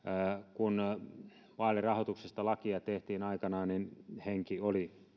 kun vaalirahoituksesta lakia tehtiin aikanaan niin henki oli